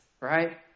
right